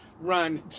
run